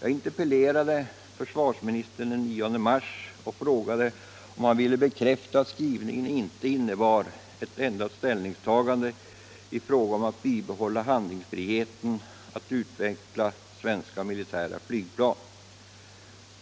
Jag interpellerade försvarsministern den 10 mars och frågade om han vill bekräfta att skrivningen inte innebar ett ändrat ställningstagande i fråga om att bibehålla handlingsfriheten att utveckla svenska militära flygplan.